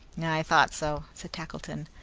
i thought so, said tackleton.